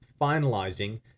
finalizing